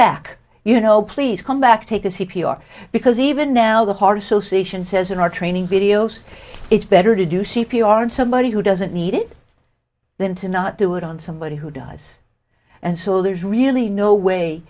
back you know please come back take this he p r because even now the heart association says in our training videos it's better to do c p r and somebody who doesn't need it than to not do it on somebody who dies and so there's really no way